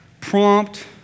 prompt